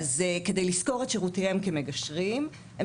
אז כדי לשכור את שירותיהם כמגשרים הם